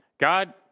God